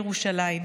לירושלים: